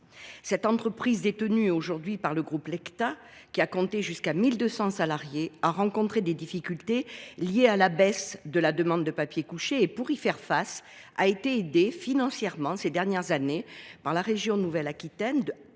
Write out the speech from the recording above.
Cette entreprise, détenue aujourd’hui par le groupe Lecta et qui a compté jusqu’à 1 200 salariés, a rencontré des difficultés liées à la baisse de la demande en papier couché. Pour y faire face, elle a été aidée financièrement, ces dernières années, par la région Nouvelle Aquitaine et